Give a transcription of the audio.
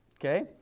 okay